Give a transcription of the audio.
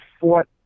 fought